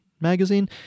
magazine